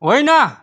होइन